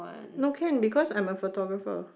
no can because I'm a photographer